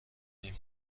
این